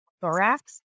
thorax